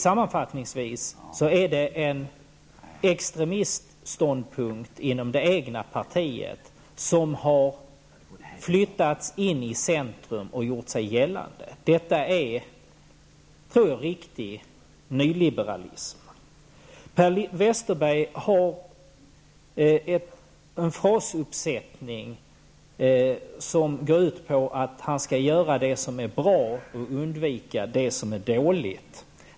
Sammanfattningsvis är det en extremistståndpunkt inom det egna partiet som har flyttats in i centrum och gjort sig gällande. Jag tror att detta är riktig nyliberalism. Per Westerberg har en frasuppsättning som går ut på att han skall göra det som är bra och undvika det som är dåligt.